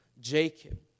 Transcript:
Jacob